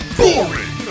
boring